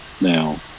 now